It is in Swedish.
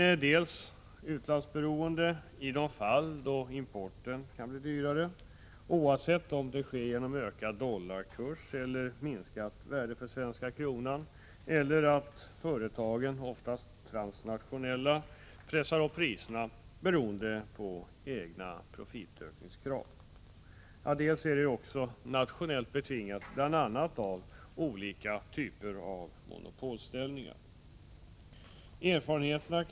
Inflationen är utlandsberoende i de fall då import blir dyrare, oavsett om detta sker genom ökad dollarkurs eller minskat värde för den svenska kronan eller genom att företagen — oftast transnationella — pressar upp priserna, beroende på egna profitökningskrav. Inflationen är också nationellt betingad, bl.a. av olika typer av monopolställningar.